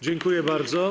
Dziękuję bardzo.